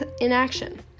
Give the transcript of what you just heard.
inaction